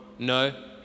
No